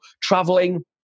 traveling